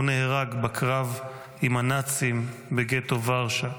והוא נהרג בקרב עם הנאצים בגטו ורשה.